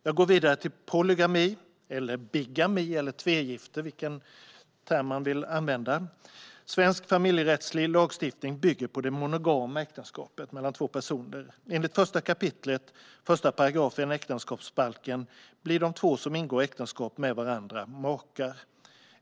Jag går vidare till polygami, bigami eller tvegifte, vilken term man nu vill använda. Svensk familjerättslig lagstiftning bygger på det monogama äktenskapet mellan två personer. Enligt 1 kap. 1 § äktenskapsbalken blir de två som ingår äktenskap med varandra makar.